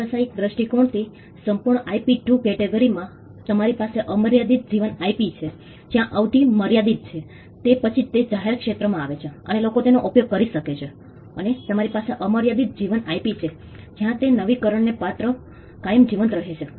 વ્યવસાયિક દ્રષ્ટિકોણથી સંપૂર્ણ IP 2 કેટેગરીમાં તમારી પાસે મર્યાદિત જીવન IP છે જ્યાં અવધિ મર્યાદિત છે તે પછી તે જાહેર ક્ષેત્રમાં આવે છે અને લોકો તેનો ઉપયોગ કરી શકે છે અને તમારી પાસે અમર્યાદિત જીવન IP છે જ્યાં તે નવીકરણને પાત્ર કાયમ જીવંત રહે છે